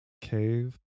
cave